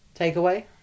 Takeaway